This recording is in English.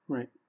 Right